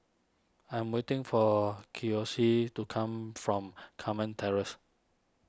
I'm waiting for Kiyoshi to come from Carmen Terrace